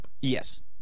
Yes